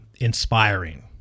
inspiring